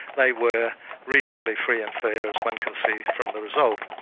they were reasonably free and fair as one can see from the result.